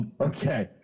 Okay